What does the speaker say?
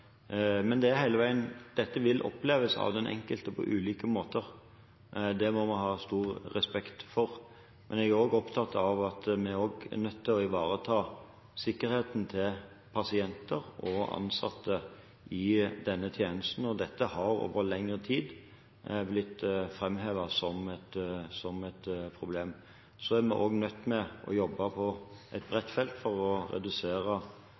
Men jeg er også opptatt av at vi er nødt til å ivareta sikkerheten til pasienter og ansatte i denne tjenesten, og dette har over lengre tid blitt framhevet som et problem. Så er vi også nødt til å jobbe på et bredt felt for å redusere